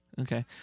Okay